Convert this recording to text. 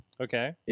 Okay